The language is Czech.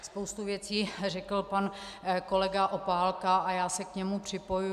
Spoustu věcí řekl pan kolega Opálka a já se k němu připojuji.